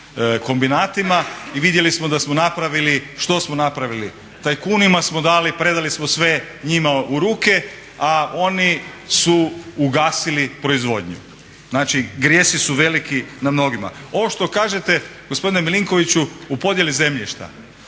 kombinatima. I vidjeli smo da smo napravili. Što smo napravili? Tajkunima smo dali, predali smo sve njima u ruke a oni su ugasili proizvodnju. Znači grijesi su veliki na mnogima. Ovo što kažete gospodine Milinkoviću u podjeli zemljišta,